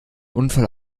unfall